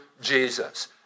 Jesus